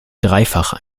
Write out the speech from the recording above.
dreifach